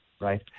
Right